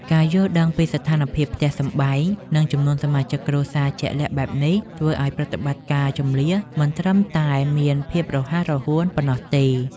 ការយល់ដឹងពីស្ថានភាពផ្ទះសម្បែង និងចំនួនសមាជិកគ្រួសារជាក់លាក់បែបនេះ ធ្វើឱ្យប្រតិបត្តិការជម្លៀសមិនត្រឹមតែមានភាពរហ័សរហួនប៉ុណ្ណោះទេ។